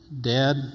Dad